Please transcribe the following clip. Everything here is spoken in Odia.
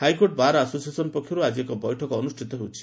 ହାଇକୋର୍ଟ ବାର୍ ଆସୋସିଏସନ୍ ପକ୍ଷର୍ ଆଜି ବୈଠକ ଅନୁଷିତ ହେଉଛି